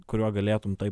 kuriuo galėtum taip